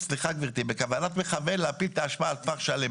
מנסים בכוונת מכוון להפיל את האשמה על כפר שלם.